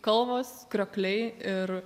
kalvos kriokliai ir